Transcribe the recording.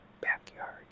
Backyard